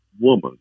woman